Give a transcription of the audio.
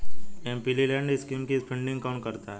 MPLAD scheme के लिए funding कौन करता है?